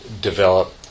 develop